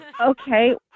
Okay